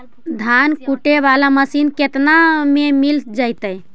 धान कुटे बाला मशीन केतना में मिल जइतै?